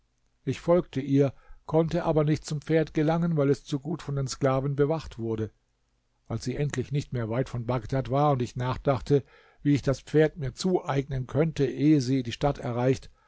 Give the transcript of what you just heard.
ich folgte ihr konnte aber nicht zum pferd gelangen weil es zu gut von den sklaven bewacht wurde als sie endlich nicht mehr weit von bagdad war und ich nachdachte wie ich das pferd mir zueignen könnte ehe sie die stadt erreicht